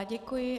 Děkuji.